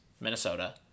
Minnesota